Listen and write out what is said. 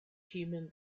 human